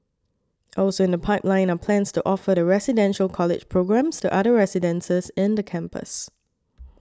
also in the pipeline are plans to offer the Residential College programmes to other residences in the campus